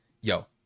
yo